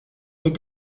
des